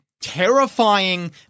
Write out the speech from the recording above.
terrifying